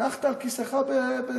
נחת על כיסאך בשלום.